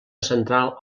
central